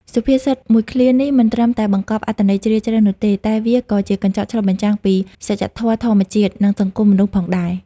សុភាសិតមួយឃ្លានេះមិនត្រឹមតែបង្កប់អត្ថន័យជ្រាលជ្រៅនោះទេ តែវាក៏ជាកញ្ចក់ឆ្លុះបញ្ចាំងពីសច្ចធម៌ធម្មជាតិ និងសង្គមមនុស្សផងដែរ។